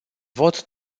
vot